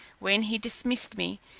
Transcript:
when he dismissed me,